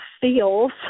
feels